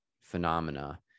phenomena